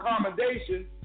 accommodation